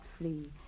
flee